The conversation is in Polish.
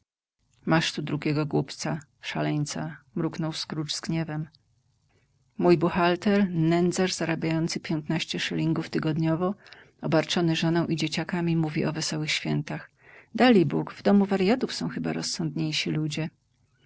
masz tu drugiego głupca szaleńca mruknął scrooge z gniewem mój buchalter nędzarz zarabia piętnaście szylingów tygodniowo obarczony żoną i dzieciakami mówi o wesołych świętach dalibóg w domu warjatów są chyba rozsądniejsi ludzie